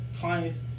clients